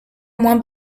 moins